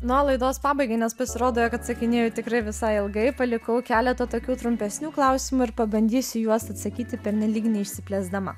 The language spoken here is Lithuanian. na o laidos pabaigai nes pasirodo jog atsakinėju tikrai visai ilgai palikau keletą tokių trumpesnių klausimų ir pabandysiu juos atsakyti pernelyg neišsiplėsdama